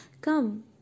come